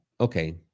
okay